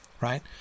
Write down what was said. Right